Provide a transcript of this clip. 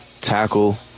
tackle